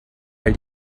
weil